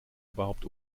überhaupt